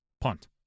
Punt